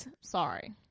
Sorry